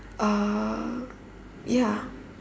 uh ya